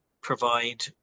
provide